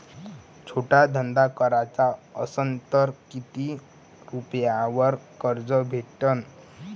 छोटा धंदा कराचा असन तर किती रुप्यावर कर्ज भेटन?